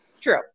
True